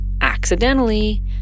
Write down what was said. accidentally